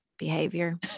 Behavior